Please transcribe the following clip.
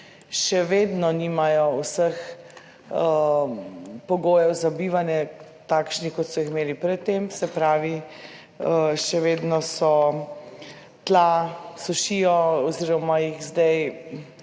še vedno nimajo vseh pogojev za bivanje takšnih kot so jih imeli pred tem, se pravi, še vedno so, tla sušijo oz. jih, zdaj